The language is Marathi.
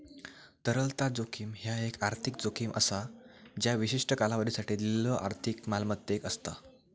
तरलता जोखीम ह्या एक आर्थिक जोखीम असा ज्या विशिष्ट कालावधीसाठी दिलेल्यो आर्थिक मालमत्तेक असता